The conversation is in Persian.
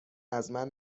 ازمن